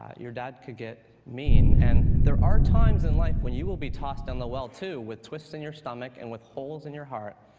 your dad could get mean. and there are times in life when you will be tossed in the well, too, with twists in your stomach and with holes in your heart,